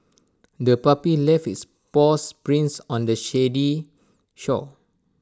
the puppy left its paws prints on the sandy shore